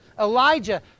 Elijah